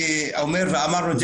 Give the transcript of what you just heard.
אז זה